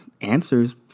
answers